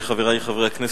חברי חברי הכנסת,